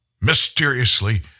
mysteriously